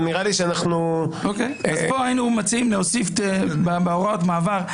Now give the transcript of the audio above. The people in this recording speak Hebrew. אבל נראה לי --- פה היינו מציעים להוסיף פסקה בהוראות המעבר.